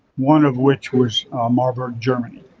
one of which was marburg, germany.